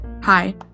Hi